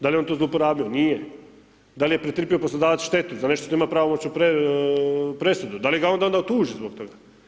Da li je on to zlouporabio, nije, da li je pretrpio poslodavac štetu za nešto što ima pravomoćnu presudu, da li ga on onda tuži zbog toga.